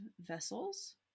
vessels